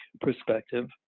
perspective